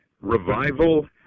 revival